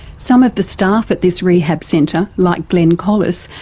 some of the staff at this rehab centre, like glen collis,